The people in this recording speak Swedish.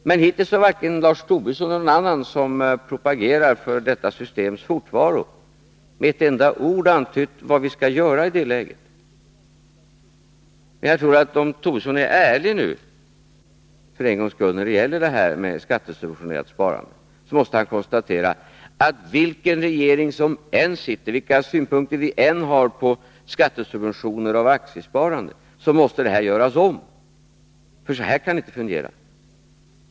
Men hittills har varken Lars Tobisson eller någon annan som propagerar för detta systems fortvaro med ett enda ord antytt vad vi skall göra i det läget. Men jag tror att om Lars Tobisson nu för en gångs skull är ärlig när det gäller detta med skattesubventionerat sparande, så måste han konstatera att vilken regering som än sitter och vilka synpunkter vi än har på skattesubventioner av aktiesparande, måste detta göras om. För så här kan det inte fungera.